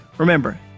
Remember